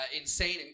insane